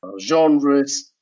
genres